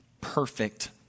perfect